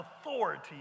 authority